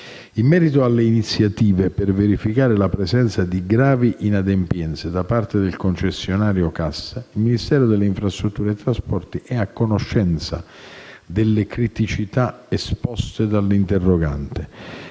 In merito alle iniziative per verificare la presenza di gravi inadempienze da parte del concessionario CAS, il Ministero delle infrastrutture e dei trasporti è a conoscenza delle criticità esposte dall'interrogante